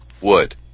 Wood